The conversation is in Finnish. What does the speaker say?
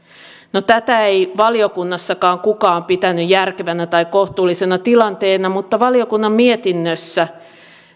no tätä ei valiokunnassakaan kukaan pitänyt järkevänä tai kohtuullisena tilanteena mutta valiokunnan mietinnössä